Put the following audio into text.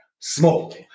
small